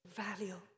value